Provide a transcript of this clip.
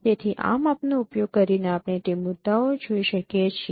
તેથી આ માપનો ઉપયોગ કરીને આપણે તે મુદ્દાઓ જોઈ શકીએ છીએ